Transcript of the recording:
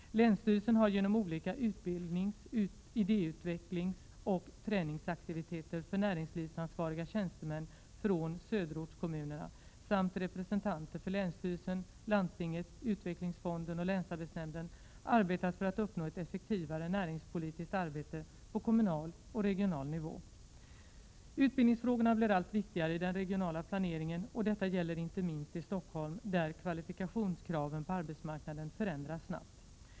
Länsstyrelsen har genom olika utbildnings-, idéutvecklingsoch träningsaktiviteter för näringslivsansvariga tjänstemän från söderortskommunerna samt representanter från länsstyrelsen, landstinget, utvecklingsfonden och länsarbetsnämnden arbetat för att uppnå ett effektivare näringspolitiskt arbete på kommunal och regional nivå. Utbildningsfrågorna blir allt viktigare i den regionala planeringen och detta gäller inte minst i Stockholm, där kvalifikationskraven på arbetsmarknaden förändras snabbt.